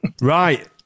Right